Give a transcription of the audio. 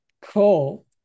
cool